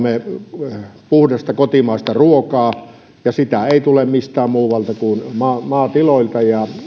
me kaikki haluamme puhdasta kotimaista ruokaa sitä ei tule mistään muualta kuin maatiloilta ja